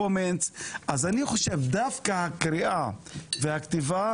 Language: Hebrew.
אז אני חושב שדווקא יש יותר קריאה וכתיבה